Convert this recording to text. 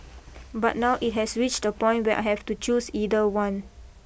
but now it has reached a point where I have to choose either one